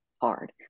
hard